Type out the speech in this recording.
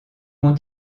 ont